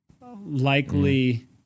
likely